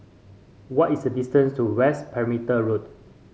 what is the distance to West Perimeter Road